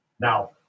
Now